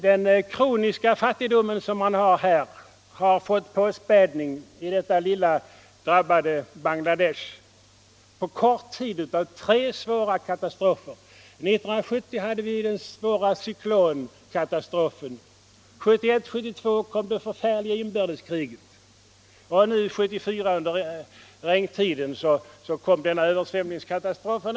Den kroniska fattigdomen i Bangladesh har på kort tid fått påspädning av tre svåra katastrofer: 1970 den svåra cyklonkatastrofen, 1971-1972 det förfärliga inbördeskriget och nu, under regntiden 1974, översvämningskatastrofen.